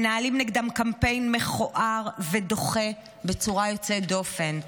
מנהלים נגדם קמפיין מכוער ודוחה בצורה יוצאת דופן,